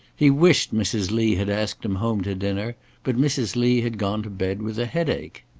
he wished mrs. lee had asked him home to dinner but mrs. lee had gone to bed with a headache.